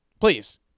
please